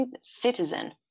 citizen